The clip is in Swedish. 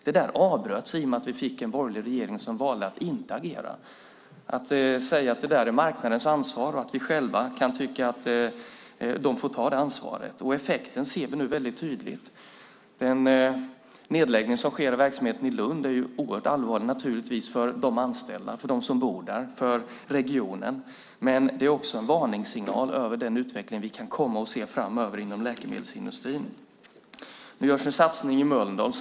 Det avbröts i och med att vi fick en borgerlig regering som valde att inte agera utan sade att det är marknadens ansvar och att marknaden också får ta det ansvaret. Effekten av det ser vi nu tydligt. Den nedläggning som sker av verksamheten i Lund är naturligtvis oerhört allvarlig för de anställda, för de som bor där, för regionen, men det är också en varningssignal om den utveckling vi kan komma att se framöver inom läkemedelsindustrin. Nu görs en satsning i Mölndal.